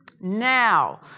Now